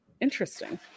Interesting